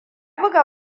buga